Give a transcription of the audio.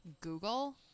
Google